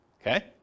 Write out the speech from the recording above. Okay